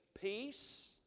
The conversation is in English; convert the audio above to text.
peace